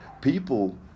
people